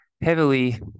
heavily